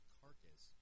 carcass